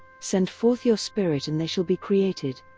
send forth your spirit and they shall be created.